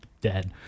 dead